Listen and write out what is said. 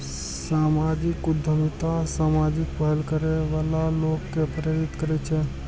सामाजिक उद्यमिता सामाजिक पहल करै बला लोक कें प्रेरित करै छै